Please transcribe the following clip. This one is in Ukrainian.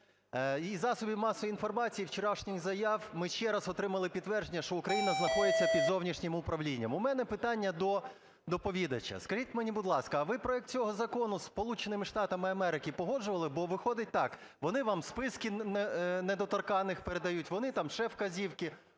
Із засобів масової інформації, вчорашніх заяв ми ще раз отримали підтвердження, що Україна знаходиться під зовнішнім управлінням. У мене питання до доповідача. Скажіть мені, будь ласка, а ви проект цього закону зі Сполученими Штатами Америки погоджували? Бо виходить так: вони вам списки недоторканних передають, вони там ще вказівки...